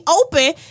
open